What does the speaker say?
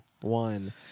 one